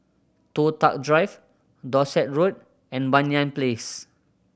Toh Tuck Drive Dorset Road and Banyan Place